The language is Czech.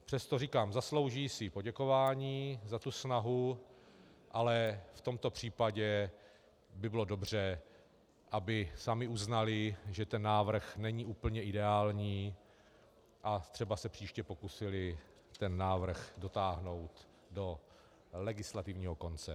Přesto říkám, zaslouží si poděkování za snahu, ale v tomto případě by bylo dobře, aby sami uznali, že návrh není úplně ideální, a třeba se příště pokusili návrh dotáhnout do legislativního konce.